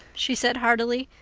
she said heartily.